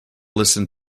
listened